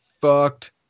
fucked